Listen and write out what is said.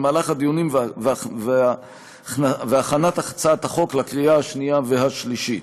במהלך הדיונים והכנת הצעת החוק לקריאה השנייה והשלישית.